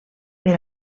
per